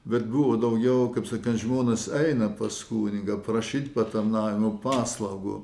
bet buvo daugiau kaip sakant žmonės eina pas kunigą prašyt patarnavimo paslaugų